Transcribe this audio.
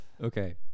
Okay